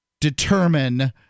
determine